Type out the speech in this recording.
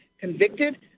convicted